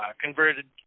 converted